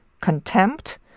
contempt